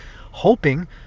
hoping